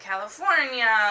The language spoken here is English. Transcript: California